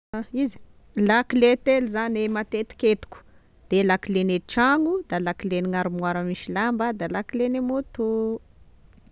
A iza, lakile telo zane matetike entiko: de lakilene tragno, da lakilen'ny gnarmoara misy lamba da lakilene moto